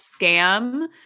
scam